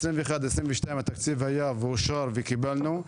ב-21'-22' התקציב היה ואושר וקיבלנו,